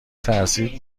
ترسید